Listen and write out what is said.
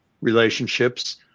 relationships